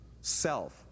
Self